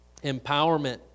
empowerment